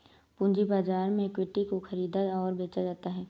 पूंजी बाजार में इक्विटी को ख़रीदा और बेचा जाता है